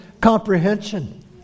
comprehension